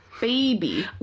baby